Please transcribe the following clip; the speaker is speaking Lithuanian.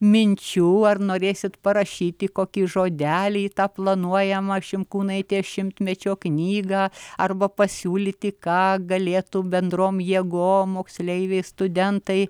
minčių ar norėsit parašyti kokį žodelį į tą planuojamą šinkūnaitė šimtmečio knygą arba pasiūlyti ką galėtų bendrom jėgom moksleiviai studentai